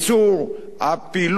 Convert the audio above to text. הפעילות הכלכלית.